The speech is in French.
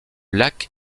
lac